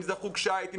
אם זה חוג שייט,